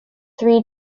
three